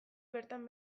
bertan